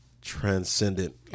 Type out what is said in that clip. transcendent